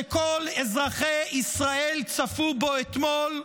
שכל אזרחי ישראל צפו בו אתמול,